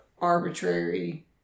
arbitrary